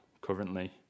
currently